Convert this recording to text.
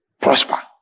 Prosper